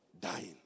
dying